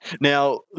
Now